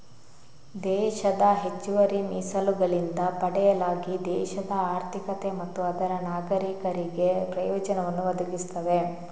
ದೇಶದ ಹೆಚ್ಚುವರಿ ಮೀಸಲುಗಳಿಂದ ಪಡೆಯಲಾಗಿ ದೇಶದ ಆರ್ಥಿಕತೆ ಮತ್ತು ಅದರ ನಾಗರೀಕರಿಗೆ ಪ್ರಯೋಜನವನ್ನು ಒದಗಿಸ್ತವೆ